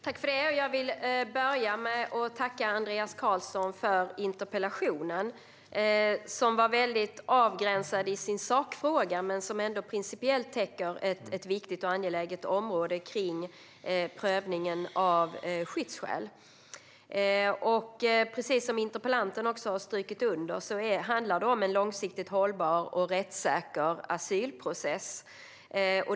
Fru talman! Jag vill börja med att tacka Andreas Carlson för interpellationen, som är avgränsad i sin sakfråga men som principiellt täcker ett viktigt och angeläget område kring prövningen av skyddsskäl. Precis som interpellanten har strukit under handlar det om en långsiktigt hållbar och rättssäker asylprocess.